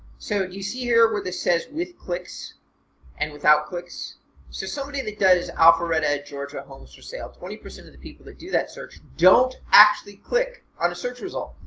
so you see here where this says with clicks and without clicks so somebody the does alpharetta georgia home for sale. twenty percent of the people to do that search don't actually click on a search result.